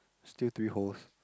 still three horse